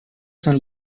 sen